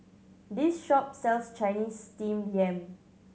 this shop sells Chinese Steamed Yam